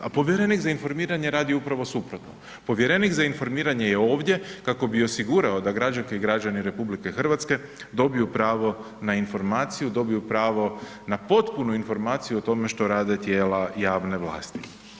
A povjerenik za informiranje radi upravo suprotno, povjerenik za informiranje je ovdje kako bi osigurao da građanke i građani RH dobiju pravo na informaciju, dobiju pravo na potpunu informaciju o tome što rade tijela javne vlasti.